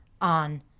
on